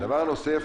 דבר נוסף,